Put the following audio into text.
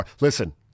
Listen